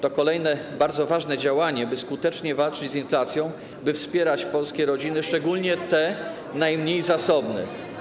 To kolejne, bardzo ważne działanie, by skutecznie walczyć z inflacją, by wspierać polskie rodziny, szczególnie te najmniej zasobne.